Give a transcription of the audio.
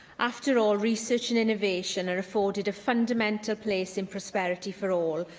after all, research and innovation are afforded a fundamental place in prosperity for all,